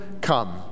come